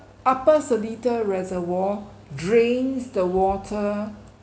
upper seletar reservoir drains the water